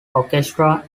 orchestra